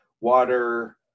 water